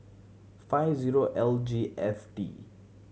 five zero L G F D